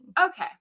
Okay